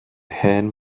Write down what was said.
hen